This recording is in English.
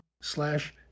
slash